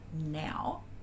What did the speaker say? now